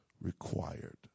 required